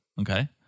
Okay